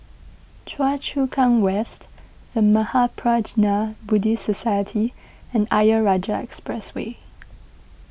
Choa Chu Kang West the Mahaprajna Buddhist Society and Ayer Rajah Expressway